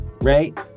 right